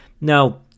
Now